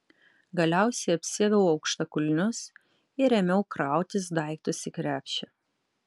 galiausiai apsiaviau aukštakulnius ir ėmiau krautis daiktus į krepšį